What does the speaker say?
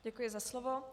Děkuji za slovo.